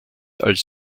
als